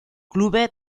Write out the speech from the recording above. clube